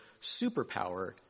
superpower